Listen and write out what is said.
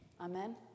Amen